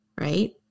right